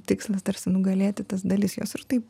tikslas tarsi nugalėti tas dalis jos ir taip